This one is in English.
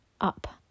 up